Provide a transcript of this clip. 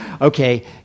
Okay